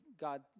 God